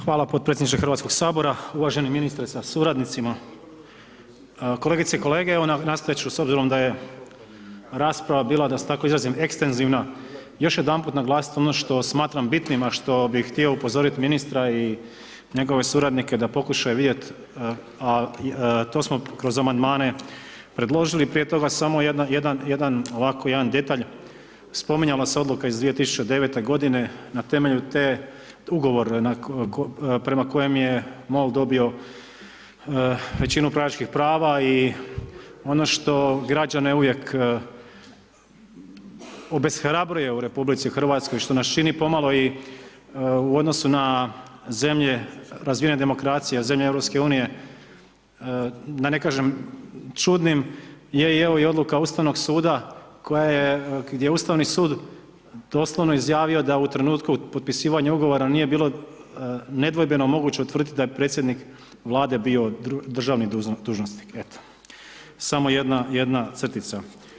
Hvala potpredsjedniče HS, uvaženi ministre sa suradnicima, kolegice i kolege, evo, nastojat ću s obzirom da je rasprava bila, da se tako izrazim, ekstenzivna, još jedanput naglasit ono što smatram bitnim, a što bi htio upozoriti ministra i njegove suradnike da pokušaju vidjet, a to smo kroz amandmane predložili prije toga, samo jedan, ovako jedan detalj, spominjala se odluka iz 2009.g., na temelju te, ugovor prema kojem je MOL dobio većinu upravljačkih prava i ono što građane uvijek obeshrabruje u RH, što nas čini pomalo i, u odnosu na zemlje razvijene demokracije, zemlje EU, da ne kažem čudnim, je i evo odluka Ustavnog suda koja je, gdje je Ustavni sud doslovno izjavio da u trenutku potpisivanja ugovora nije bilo nedvojbeno moguće utvrditi da je predsjednik Vlade bio državni dužnosnik, eto, samo jedna crtica.